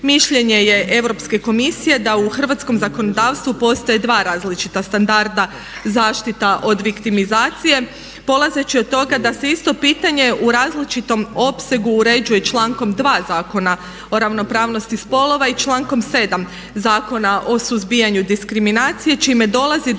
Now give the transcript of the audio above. Mišljenje je EU komisije da u hrvatskom zakonodavstvu postoje dva različita standarda – zaštita od viktimizacije. Polazeći od toga da se isto pitanje u različitom opsegu uređuje člankom 2. Zakona o ravnopravnosti spolova i člankom 7. Zakona o suzbijanju diskriminacije čime dolazi do